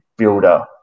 builder